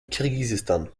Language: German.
kirgisistan